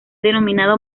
denominado